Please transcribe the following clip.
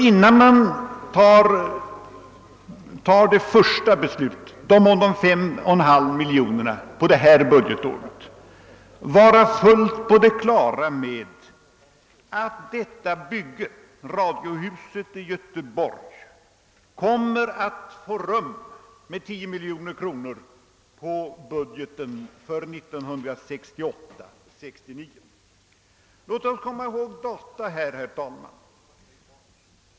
Innan man fattar det första beslutet om att anslå 5,5 miljoner kronor under detta budgetår bör man alltså vara fullt på det klara med att ett anslag på 10 miljoner kronor till radiohuset i Göteborg kommer att få rum i 1968/69 års budget. Låt mig erinra om en del data i detta sammanhang.